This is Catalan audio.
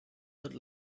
tot